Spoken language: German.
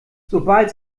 sobald